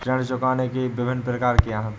ऋण चुकाने के विभिन्न प्रकार क्या हैं?